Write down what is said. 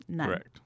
Correct